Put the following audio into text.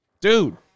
Dude